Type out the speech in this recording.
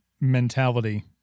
mentality